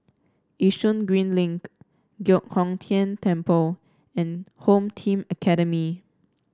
Yishun Green Link Giok Hong Tian Temple and Home Team Academy